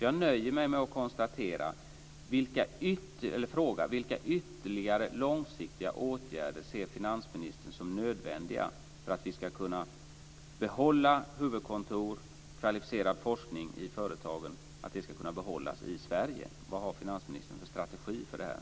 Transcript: Jag nöjer mig med att fråga vilka ytterligare långsiktiga åtgärder finansministern ser som nödvändiga för att vi ska kunna behålla huvudkontor och kvalificerad forskning i företagen i Sverige. Vilken strategi har finansministern för det här?